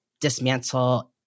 dismantle